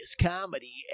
comedy